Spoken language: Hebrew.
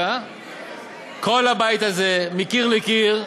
כל הבית הזה, מקיר לקיר,